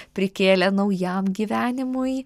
prikėlė naujam gyvenimui